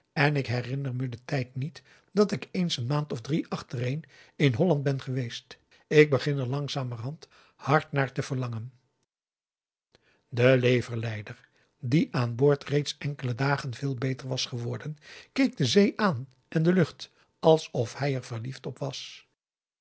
en ik herinner me den tijd niet dat ik eens n maand of drie achtereen in holland ben geweest k begin er langzamerhand hard naar te verlangen de leverlijder die aan boord reeds na enkele dagen veel p a daum de van der lindens c s onder ps maurits beter was geworden keek de zee aan en de lucht alsof hij er verliefd op was